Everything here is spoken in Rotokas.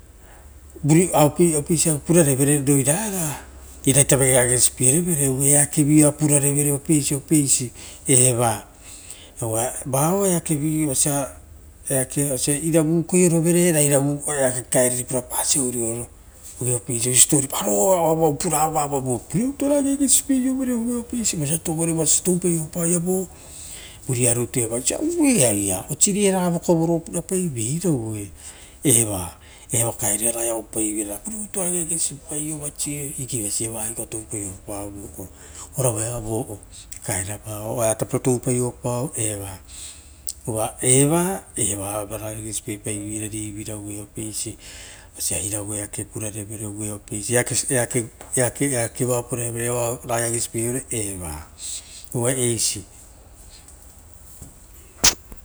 Apeisiavu pura rovere roi na raga eraita vigei ageagesipie ievere, eakevi ia oa purarevere o eakevi oo apesi apesi eva. Oire vosa apesi iravu ukaiorovere oo apeisi siposipo parevere oisio auo oavuavu puravoi vavo vurivira rutu ora ageagesipie iovere eisi vosia toupavoi pao vo vuruarutu eva ora ageagesipiea ra osivira raga vokovoro purapaivo irou, eva euo pitupitu oa ragai auepaiveirara ageagesipai oageivase evoa touppaio ova, uva eva uaia ragai ageagesipie paiveira rioirara vosia iravu apeisi eake purarevere o eakeva oa purarevere ouragai ageage sipievere uva eisi.